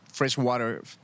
freshwater